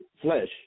flesh